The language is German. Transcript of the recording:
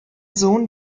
sohn